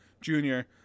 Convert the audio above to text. junior